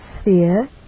sphere